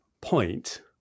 point